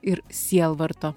ir sielvarto